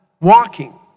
walking